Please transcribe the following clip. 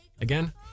again